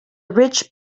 rich